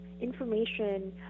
information